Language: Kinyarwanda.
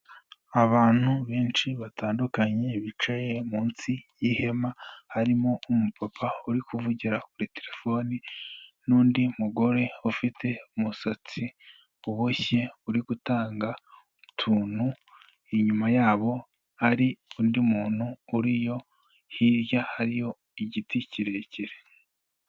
Abantu benshi batandukanye bicaye munsi y'ihema, harimo umupapa uri kuvugira kuri terefone n'undi mugore ufite umusatsi uboshye uri gutanga utuntu, inyuma yabo hari undi muntu uriyo hirya hariho igiti kirekire.